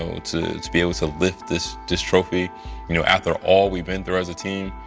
so to be able to lift this this trophy you know after all we've been through as a team.